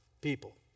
people